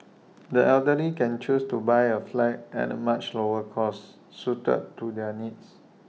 the elderly can choose to buy A flat at the much lower cost suited to their needs